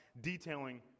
detailing